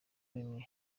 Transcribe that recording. bimwe